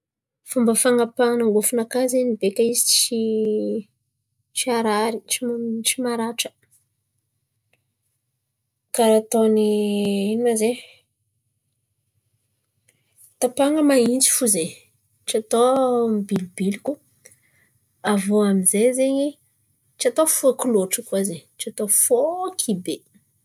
Fomba fanapahan̈a angôfo naka zen̈y beka izy tsy tsy arary, tsy m- tsy maratra. Karà ataon̈y ino ma zen̈y, tapahana mahintsy fo zen̈y tsy atao mibilobiloko. Avô amin'jay zen̈y tsy atao fôky loatra koa zen̈y, tsy atao fôky be.